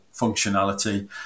functionality